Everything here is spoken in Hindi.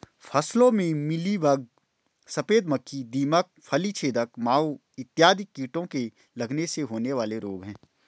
फसलों में मिलीबग, सफेद मक्खी, दीमक, फली छेदक माहू इत्यादि कीटों के लगने से होने वाले रोग हैं